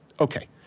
Okay